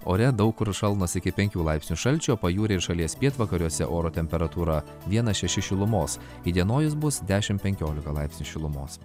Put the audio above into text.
ore daug kur šalnos iki penkių laipsnių šalčio pajūryje ir šalies pietvakariuose oro temperatūra vienas šeši šilumos įdienojus bus dešim penkiolika laipsnių šilumos